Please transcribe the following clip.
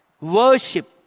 worship